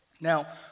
Now